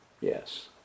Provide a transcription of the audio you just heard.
Yes